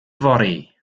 yfory